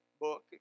book